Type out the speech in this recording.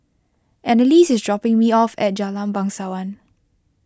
Annalise is dropping me off at Jalan Bangsawan